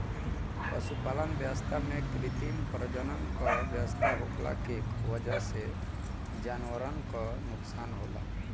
पशुपालन व्यवस्था में कृत्रिम प्रजनन क व्यवस्था होखला के वजह से जानवरन क नोकसान होला